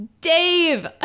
Dave